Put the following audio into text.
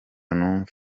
numve